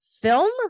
film